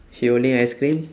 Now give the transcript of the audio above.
he holding ice cream